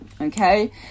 Okay